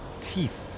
teeth